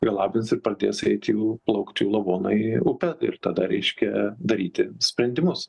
galabins ir pradės eiti jų plaukt jų lavonai upe ir tada reiškia daryti sprendimus